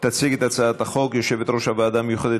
תציג את הצעת החוק יושבת-ראש הוועדה המיוחדת